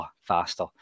faster